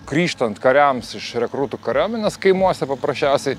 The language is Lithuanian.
grįžtant kariams iš rekrūtų kariuomenės kaimuose paprasčiausiai